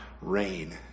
rain